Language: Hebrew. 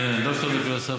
כן, דוקטור לפילוסופיה.